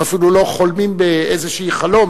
הם אפילו לא חולמים באיזשהו חלום